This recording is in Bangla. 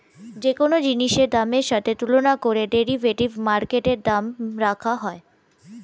যে কোন জিনিসের দামের সাথে তুলনা করে ডেরিভেটিভ মার্কেটে দাম রাখা হয়